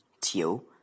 Tio